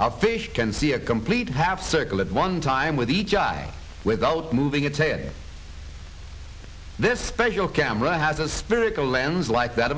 out fish can see a complete half circle at one time with each eye without moving it said this special camera has a spirit a lens like that